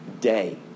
day